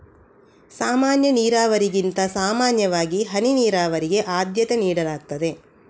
ಸಾಮಾನ್ಯ ನೀರಾವರಿಗಿಂತ ಸಾಮಾನ್ಯವಾಗಿ ಹನಿ ನೀರಾವರಿಗೆ ಆದ್ಯತೆ ನೀಡಲಾಗ್ತದೆ